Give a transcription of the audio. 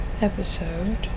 episode